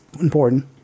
important